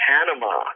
Panama